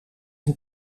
een